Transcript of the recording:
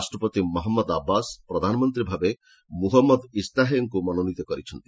ରାଷ୍ଟ୍ରପତି Mahmoud Abbas ପ୍ରଧାନମନ୍ତ୍ରୀ ଭାବେ ମୁହମ୍ମଦ ଇସ୍ତାୟେହେଙ୍କୁ ମନୋନୀତ କରିଛନ୍ତି